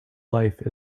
life